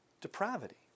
depravity